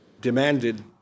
demanded